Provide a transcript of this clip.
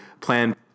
plan